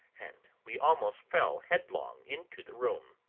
and we almost fell headlong into the room.